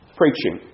preaching